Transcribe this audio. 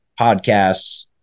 podcasts